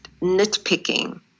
nitpicking